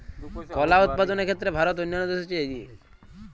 কলা উৎপাদনের ক্ষেত্রে ভারত অন্যান্য দেশের চেয়ে এগিয়ে